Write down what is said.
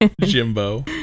Jimbo